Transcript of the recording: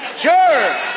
Sure